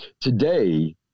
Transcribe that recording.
today